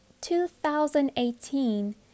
2018